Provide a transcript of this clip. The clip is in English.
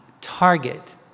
target